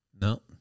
No